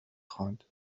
خواند